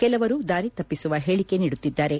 ಕೆಲವರು ದಾರಿ ತಪ್ಪಿಸುವ ಹೇಳಿಕೆ ನೀಡುತ್ತಿದ್ದಾರೆ